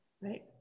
Right